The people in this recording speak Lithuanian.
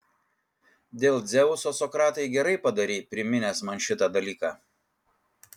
dėl dzeuso sokratai gerai padarei priminęs man šitą dalyką